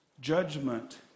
Judgment